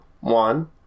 one